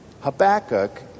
Habakkuk